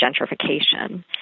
gentrification